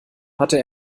hatte